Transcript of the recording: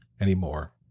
anymore